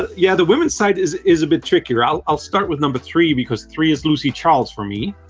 yeah the women's side is is a bit trickier. i'll i'll start with number three because three is lucy charles for me.